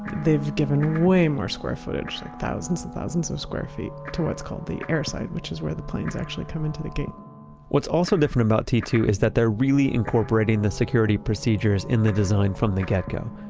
they've given way more square footage, like thousands and thousands of square feet, to what's called the airside, which is where the planes actually come into the gate what's also different about t two is that they're really incorporating the security procedures in the design from the get-go.